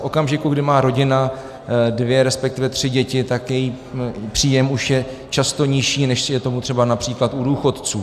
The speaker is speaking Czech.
V okamžiku, kdy má rodina dvě respektive tři děti, tak její příjem už je často nižší, než je tomu třeba například u důchodců.